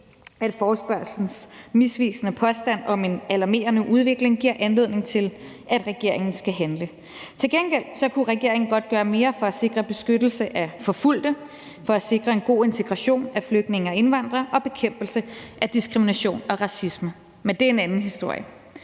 at forespørgslens misvisende påstand om en alarmerende udvikling giver anledning til, at regeringen skal handle. Til gengæld kunne regeringen godt gøre mere for at sikre beskyttelse af forfulgte og for at sikre en god integration af flygtninge og indvandrere og for bekæmpelse af diskrimination og racisme, men det er en anden historie.